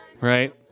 right